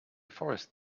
forest